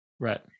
Right